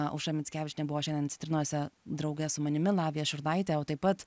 aušra mickevičienė buvo šiandien citrinose drauge su manimi lavija šurnaitė o taip pat